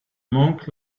monk